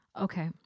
Okay